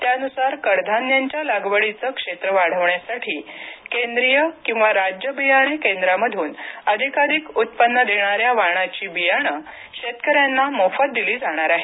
त्यानुसार कडधान्यांच्या लागवडीचं क्षेत्र वाढवण्यासाठी केंद्रीय किंवा राज्य बियाणे केंद्रांमधून अधिकाधिक उत्पन्न देणाऱ्या वाणाची बियाणं शेतकऱ्यांना मोफत दिली जाणार आहेत